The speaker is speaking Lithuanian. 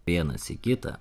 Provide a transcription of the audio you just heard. vienas į kitą